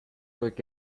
quick